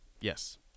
Yes